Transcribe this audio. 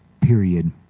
period